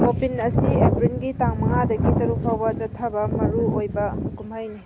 ꯃꯣꯄꯤꯟ ꯑꯁꯤ ꯑꯦꯄ꯭ꯔꯤꯜꯒꯤ ꯇꯥꯡ ꯃꯉꯥꯗꯒꯤ ꯇꯔꯨꯛꯐꯥꯎꯕ ꯆꯠꯊꯕ ꯃꯔꯨ ꯑꯣꯏꯕ ꯀꯨꯝꯍꯩꯅꯤ